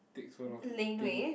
take so long to think